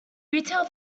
retail